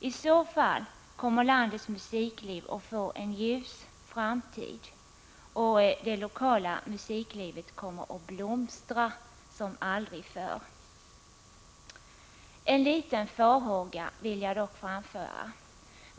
I så fall kommer landets musikliv att få en ljus framtid. Det lokala musiklivet kommer att blomstra som aldrig förr. En liten farhåga vill jag dock framföra.